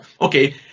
okay